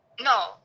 No